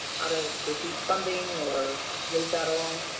how to receive funding or move that along?